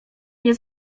nie